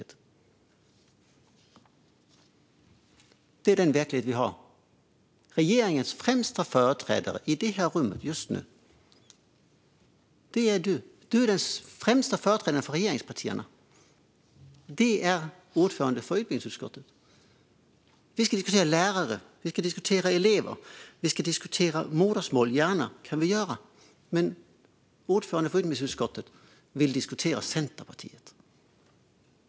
Det är den verklighet vi har. Regeringens främsta företrädare i detta rum just nu är du, Fredrik Malm. Du är den främsta företrädaren för regeringspartierna. Det är ordföranden för utbildningsutskottet. Vi ska diskutera lärare. Vi ska diskutera elever. Vi kan gärna diskutera modersmål. Men ordföranden för utbildningsutskottet vill diskutera Centerpartiet.